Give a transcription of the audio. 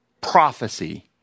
prophecy